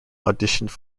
auditioned